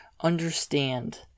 understand